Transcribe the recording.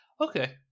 Okay